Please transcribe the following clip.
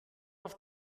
auf